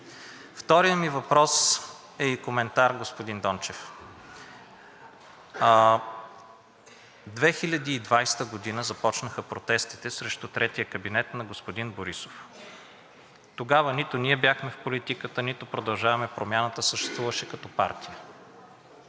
Вторият ми въпрос е и коментар, господин Дончев. През 2020 г. започнаха протестите срещу третия кабинет на господин Борисов. Тогава нито ние бяхме в политиката, нито „Продължаваме Промяната“ съществуваше като партия.